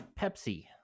Pepsi